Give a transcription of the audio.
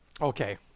Okay